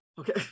Okay